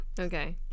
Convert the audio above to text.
Okay